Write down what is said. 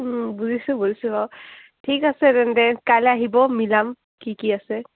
বুজিছোঁ বুজিছোঁ বাৰু ঠিক আছে তেন্তে কাইলৈ আহিব মিলাম কি কি আছে